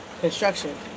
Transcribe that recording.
construction